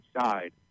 side